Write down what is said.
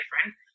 different